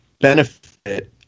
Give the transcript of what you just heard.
benefit